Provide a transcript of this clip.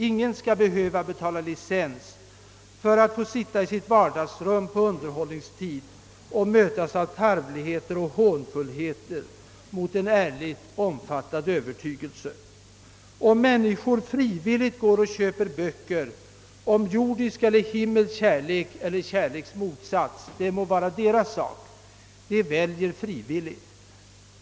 Ingen skall behöva betala licens för att få sitta i sitt vardagsrum på underhållningtid och från radio eller TV mötas av tarvligheter och hånfullheter mot en ärligt omfattad övertygelse. Om människor frivilligt går och köper böcker om jordisk eller himmelsk kärlek eller kärleks motsats, det må vara deras sak. De väljer frivilligt.